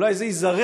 אולי זה יזרז,